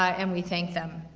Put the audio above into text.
and we thank them.